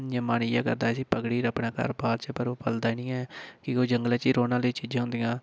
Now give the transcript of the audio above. इ'यै मन इ'यै करदा की इसी पकड़ी 'र अपने घर बाड़चै पर ओह् प'ल्लदा निं ऐ क्योंकि ओह् जंगले च ही रौह्ने आह्लियां चीज़ां होन्दियां